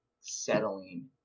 settling